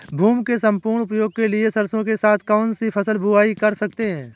भूमि के सम्पूर्ण उपयोग के लिए सरसो के साथ कौन सी फसल की बुआई कर सकते हैं?